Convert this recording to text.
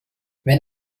wenn